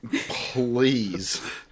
Please